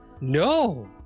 No